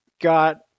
got